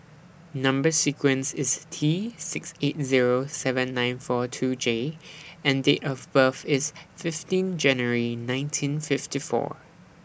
Number sequence IS T six eight Zero seven nine four two J and Date of birth IS fifteen January nineteen fifty four